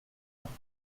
trois